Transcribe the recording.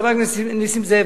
חבר הכנסת נסים זאב,